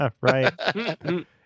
Right